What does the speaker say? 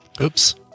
Oops